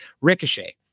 Ricochet